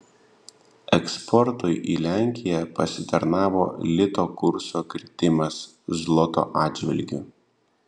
eksportui į lenkiją pasitarnavo lito kurso kritimas zloto atžvilgiu